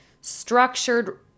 structured